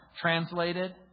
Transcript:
translated